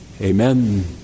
Amen